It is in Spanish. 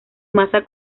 masa